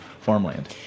farmland